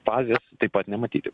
fazės taip pat nematyti